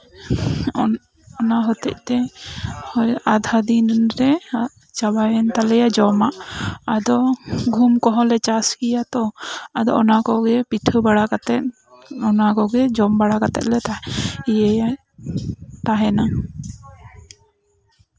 ᱚᱱᱟ ᱦᱚᱛᱮᱜ ᱛᱮ ᱟᱫᱷᱟ ᱫᱤᱱᱨᱮ ᱪᱟᱵᱟᱭᱮᱱ ᱛᱟᱞᱮᱭᱟ ᱡᱚᱢᱟᱜ ᱟᱫᱚ ᱜᱩᱦᱩᱢ ᱠᱚᱦᱚᱸᱞᱮ ᱪᱟᱥ ᱠᱮᱭᱟ ᱛᱚ ᱟᱫᱚ ᱚᱱᱟ ᱠᱚᱜᱮ ᱯᱤᱴᱷᱟᱹ ᱵᱟᱲᱟ ᱠᱟᱛᱮᱜ ᱚᱱᱟ ᱠᱚᱜᱮ ᱡᱚᱢ ᱵᱟᱲᱟ ᱠᱟᱛᱮᱜ ᱞᱮ ᱤᱭᱟᱹᱭᱟ ᱛᱟᱦᱮᱱᱟ